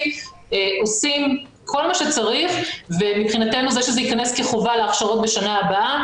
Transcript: עושים כל מה שצריך ומבחינתנו זה שזה ייכנס להכשרות בשנה הבאה,